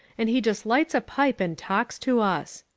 and he just lights a pipe and talks to us.